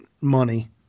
money